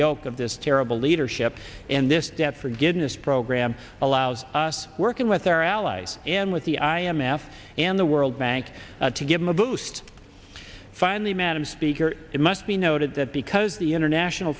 yoke of this terrible leadership and this debt forgiveness program allows us working with our allies and with the i m f and the world bank to give them a boost finally madam speaker it must be noted that because the international